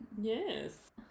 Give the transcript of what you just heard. Yes